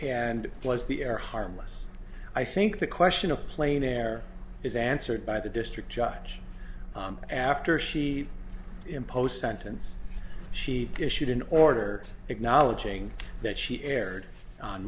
was the air harmless i think the question of plane air is answered by the district judge after she impose sentence she issued an order acknowledging that she erred on